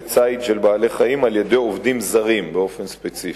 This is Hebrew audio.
ציד בעלי-חיים על-ידי עובדים זרים באופן ספציפי.